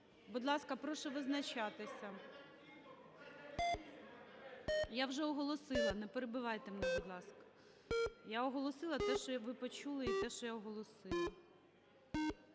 Будь ласка, прошу визначатися. Я вже оголосила, не перебивайте мене, будь ласка. Я оголосила те, що ви почули і те, що я оголосила.